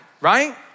right